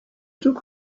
took